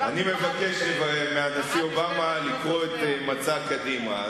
אז אני אבקש מהנשיא אובמה לקרוא את מצע קדימה,